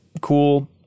cool